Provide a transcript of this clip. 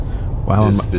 Wow